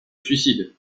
suicide